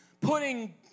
putting